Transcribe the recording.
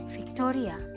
Victoria